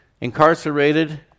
incarcerated